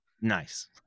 nice